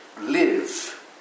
live